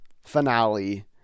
finale